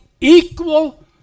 equal